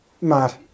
Mad